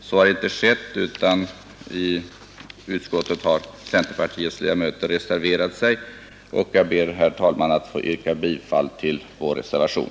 Så har inte skett, utan centerpartiets ledamöter i utskottet har reserverat sig. Jag ber, herr talman, att få yrka bifall till vår reservation.